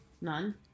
None